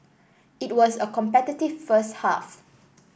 it was a competitive first half